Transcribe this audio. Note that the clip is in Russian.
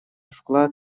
вклад